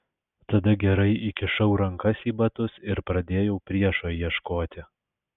tada gerai įkišau rankas į batus ir pradėjau priešo ieškoti